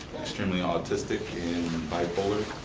extremely autistic and bipolar